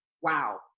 wow